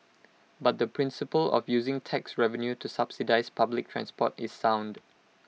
but the principle of using tax revenue to subsidise public transport is sound